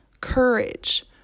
courage